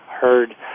heard